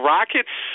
Rockets